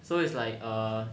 so it's like a